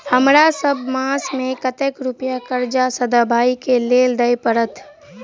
हमरा सब मास मे कतेक रुपया कर्जा सधाबई केँ लेल दइ पड़त?